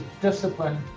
discipline